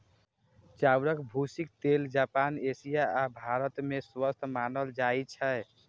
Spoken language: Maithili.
चाउरक भूसीक तेल जापान, एशिया आ भारत मे स्वस्थ मानल जाइ छै